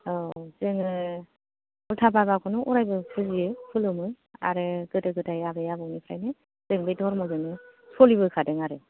औ जोङो उल्था बाबाखौनो अरायबो फुजियो खुलुमो आरो गोदो गोदाय आबै आबौनिफ्रायनो जों बे धोरोमजोंनो सोलिबोखादों आरो